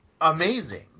amazing